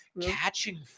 catching